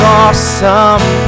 awesome